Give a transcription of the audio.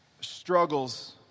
struggles